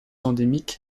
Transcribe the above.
endémique